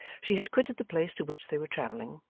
she had quitted the place to which they were travelling,